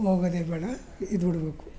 ಹೋಗೋದೆ ಬೇಡ ಇದ್ಬಿಡ್ಬೇಕು